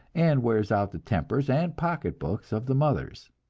and wears out the tempers and pocketbooks of the mothers.